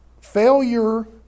Failure